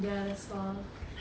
ya that's all